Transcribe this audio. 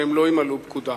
שהם לא ימלאו פקודה.